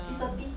ya